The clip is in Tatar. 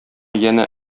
янә